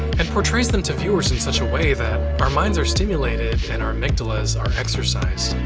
and portrays them to viewers in such a way that our minds are stimulated and our amygdalas are exercised.